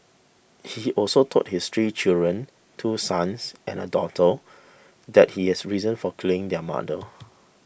he also told his three children two sons and a daughter that he has reasons for killing their mother